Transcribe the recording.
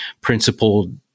principled